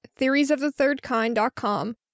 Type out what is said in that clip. theoriesofthethirdkind.com